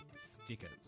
stickers